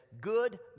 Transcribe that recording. good